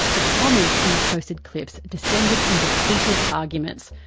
the comments on the posted clips descended into heated arguments.